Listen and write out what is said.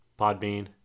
Podbean